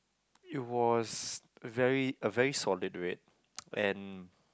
it was very a very solid red and